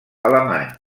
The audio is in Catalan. alemany